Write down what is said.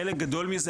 חלק גדול מזה,